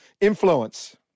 influence